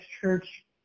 church